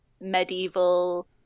medieval